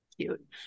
cute